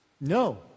No